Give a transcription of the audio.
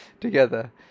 together